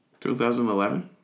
2011